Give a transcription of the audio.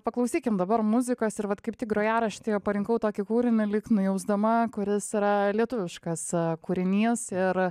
paklausykim dabar muzikos ir vat kaip tik grojaraštyje parinkau tokį kūrinį lyg nujausdama kuris yra lietuviškas kūrinys ir